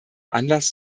anlass